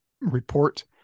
report